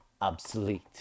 obsolete